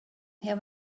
have